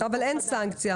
אבל אין סנקציה.